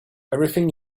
everything